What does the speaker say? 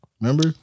Remember